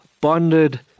bonded